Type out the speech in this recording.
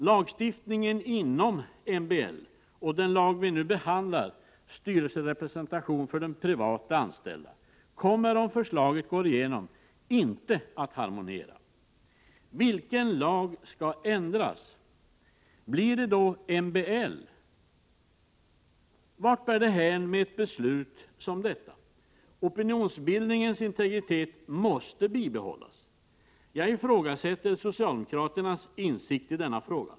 Lagstiftningen inom MBL och förslag till den lag om styrelserepresentation för privatanställda som vi nu behandlar kommer om förslaget går igenom inte att harmoniera. Vilken lag skall ändras? Blir det MBL? Vart bär det hän med ett beslut som detta? Opinionsbildningens integritet måste bibehållas. Jag ifrågasätter socialdemokraternas insikt i denna fråga.